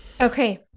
Okay